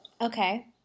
Okay